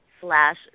slash